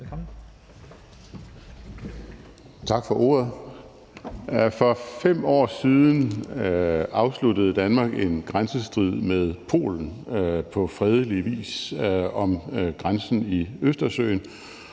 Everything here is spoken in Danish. Dahl (LA): For 5 år siden afsluttede Danmark en grænsestrid med Polen på fredelig vis om grænsen i Østersøen,